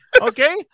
Okay